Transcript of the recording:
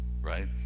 right